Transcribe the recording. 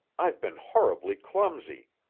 i've been horribly clumsy.